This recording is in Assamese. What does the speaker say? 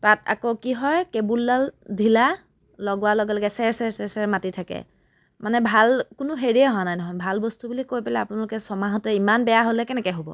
তাত আকৌ কি হয় কেবুলডাল ধিলা লগোৱা লগে লগে চেৰচেৰ চেৰচেৰ মাতি থাকে মানে ভাল কোনো হেৰিয়ে অহা নাই দেখোন ভাল বস্তু বুলি কৈ আপোনালোকে ছমাহতে ইমান বেয়া হ'লে কেনেকৈ হ'ব